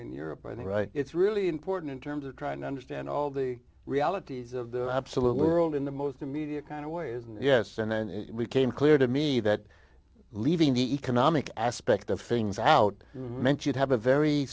in europe i mean right it's really important in terms of trying to understand all the realities of the absolute world in the most immediate kind of ways and yes and then it became clear to me that leaving the economic aspect of things out meant you'd have a very